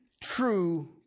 true